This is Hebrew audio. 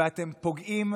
ואתם פוגעים,